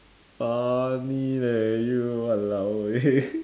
funny leh you !walao! eh